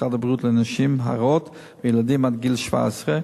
משרד הבריאות לנשים הרות וילדים עד גיל 17,